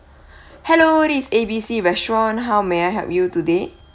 hello this is A B C restaurant how may I help you today